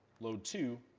load too.